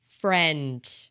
friend